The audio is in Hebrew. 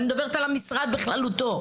אני מדברת על המשרד בכללותו,